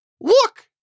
look